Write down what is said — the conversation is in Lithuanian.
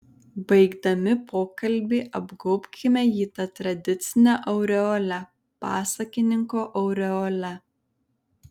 baigdami pokalbį apgaubkime jį ta tradicine aureole pasakininko aureole